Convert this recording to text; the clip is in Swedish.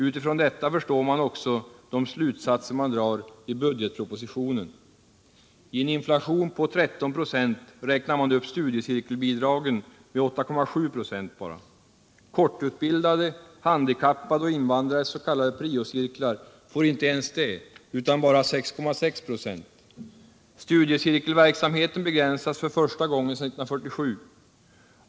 Utifrån detta förstår jag också de slutsater man drar i budgetpropositionen: I en inflation på 13 96 räknar man upp studiecirkelbidragen med 8,7 96. Kortutbildade, handikappade och invandrares s.k. priocirklar får inte ens det utan bara 6,6 96.